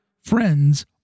Friends